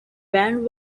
band